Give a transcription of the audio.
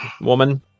woman